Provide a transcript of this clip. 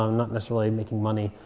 um not necessarily making money.